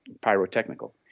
pyrotechnical